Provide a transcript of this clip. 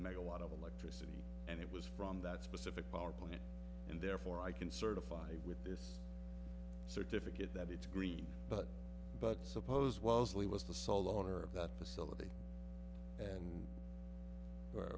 megawatt of electricity and it was from that specific power plant and therefore i can certify with this certificate that it's green but but suppose wellesley was the sole owner of that facility and